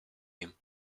nim